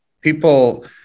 people